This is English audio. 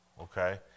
Okay